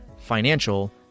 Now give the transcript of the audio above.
financial